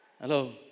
Hello